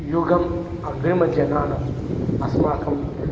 युगम् अग्रिमजनानाम् अस्माकं